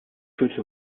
führte